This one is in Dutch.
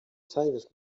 cijfers